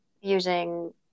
using